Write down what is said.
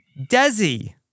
Desi